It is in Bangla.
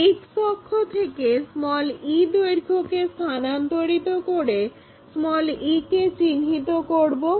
X অক্ষ থেকে e দৈর্ঘ্যকে স্থানান্তরিত করে e কে চিহ্নিত করবো